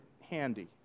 handy